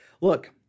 Look